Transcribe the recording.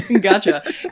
gotcha